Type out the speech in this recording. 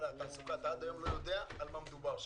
התעסוקה - עד היום אתה לא יודע על מה מדובר שם.